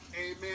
Amen